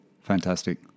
Fantastic